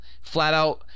flat-out